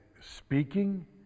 speaking